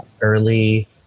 early